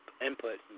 input